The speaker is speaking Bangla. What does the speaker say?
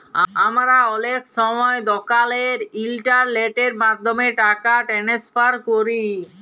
আমরা অলেক সময় দকালের ইলটারলেটের মাধ্যমে টাকা টেনেসফার ক্যরি